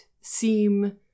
seem